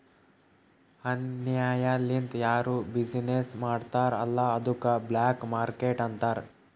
ಅನ್ಯಾಯ ಲಿಂದ್ ಯಾರು ಬಿಸಿನ್ನೆಸ್ ಮಾಡ್ತಾರ್ ಅಲ್ಲ ಅದ್ದುಕ ಬ್ಲ್ಯಾಕ್ ಮಾರ್ಕೇಟ್ ಅಂತಾರ್